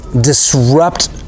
disrupt